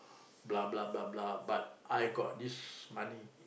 blah blah blah blah but I got this money